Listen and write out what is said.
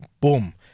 Boom